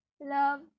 love